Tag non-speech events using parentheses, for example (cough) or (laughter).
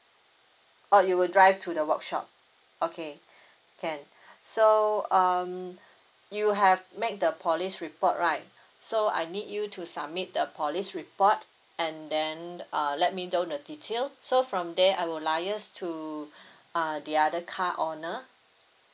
oh you will drive to the workshop okay (breath) can so um you have make the police report right so I need you to submit the police report and then uh let me do all the detail so from there I will liaise to (breath) uh the other car owner